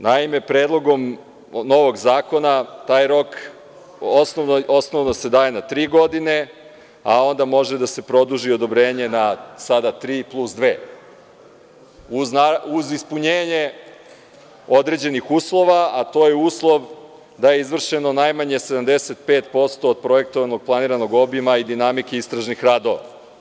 Naime, predlogom novog zakona, taj rok osnovno se daje na tri godine, a onda može da se produži odobrenje na tri plus dve, uz ispunjenje određenih uslova, a to je uslov da je izvršeno najmanje 75% od projektovanog planiranog obima i dinamike istražnih radova.